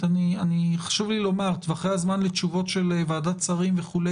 חשוב לי לומר שטווחי הזמן לתשובות של ועדת שרים וכו',